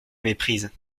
méprise